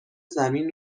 زمین